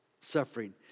suffering